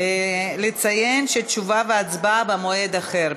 אציין שתשובה והצבעה במועד אחר.